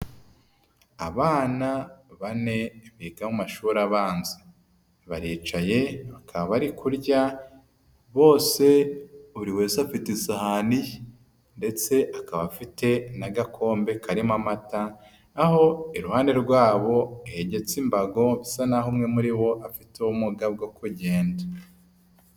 Abana bane biga mu amashuri abanza. Baricaye bakaba bari kurya bose buri wese afite isahani ye ndetse akaba afite n'agakombe karimo amata, aho iruhande rwabo hegetse imbago bisa naho umwe muri bo afite ubumuga bwo kugenda.